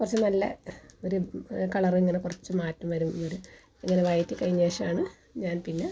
കുറച്ച് നല്ല ഒരു കളറ്ങ്ങനെ കുറച്ച് മാറ്റം വരും അങ്ങനെ വയറ്റി കഴിഞ്ഞ ശേഷമാണ് ഞാൻ പിന്നെ